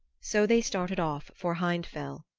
so they started off for hindfell,